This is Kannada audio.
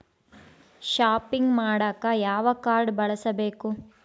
ಷಾಪಿಂಗ್ ಮಾಡಾಕ ಯಾವ ಕಾಡ್೯ ಬಳಸಬೇಕು?